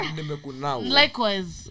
Likewise